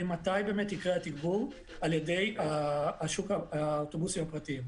מתי באמת יקרה התגבור על ידי שוק האוטובוסים הפרטיים.